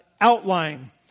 outline